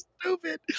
stupid